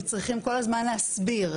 הם צריכים כל הזמן להסביר.